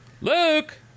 Luke